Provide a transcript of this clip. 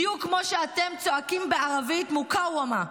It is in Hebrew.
בדיוק כמו שאתם צועקים בערבית: מוקאוומה.